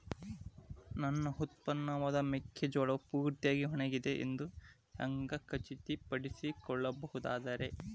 ನನ್ನ ಉತ್ಪನ್ನವಾದ ಮೆಕ್ಕೆಜೋಳವು ಪೂರ್ತಿಯಾಗಿ ಒಣಗಿದೆ ಎಂದು ಹ್ಯಾಂಗ ಖಚಿತ ಪಡಿಸಿಕೊಳ್ಳಬಹುದರೇ?